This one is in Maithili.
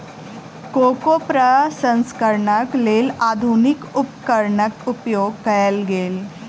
कोको प्रसंस्करणक लेल आधुनिक उपकरणक उपयोग कयल गेल